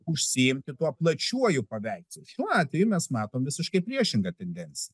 užsiimti tuo plačiuoju paveikslu šiuo atveju mes matom visiškai priešingą tendenciją